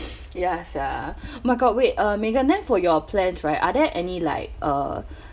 ya sia my god wait uh megan then for your plans right are there any like uh